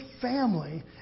family